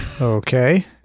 Okay